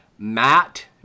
Matt